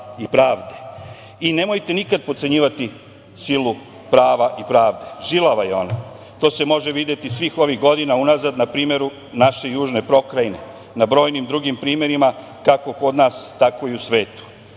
pravde. Nemojte nikada potcenjivati silu prava i pravde. Žilava je ona. To se može videti svih ovih godina unazad na primeru naše južne pokrajine, na brojim drugim primerima, kako kod nas, tako i u svetu. Da